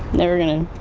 never going.